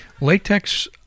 Latex